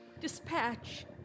Dispatch